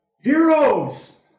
Heroes